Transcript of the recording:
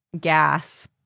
gas